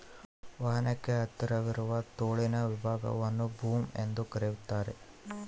ವಾಹನಕ್ಕೆ ಹತ್ತಿರವಿರುವ ತೋಳಿನ ವಿಭಾಗವನ್ನು ಬೂಮ್ ಎಂದು ಕರೆಯಲಾಗ್ತತೆ